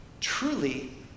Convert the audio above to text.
truly